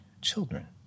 children